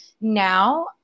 Now